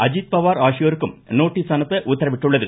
அஜித்பவார் ஆகியோருக்கும் நோட்டீஸ் அனுப்ப உத்தரவிட்டுள்ளது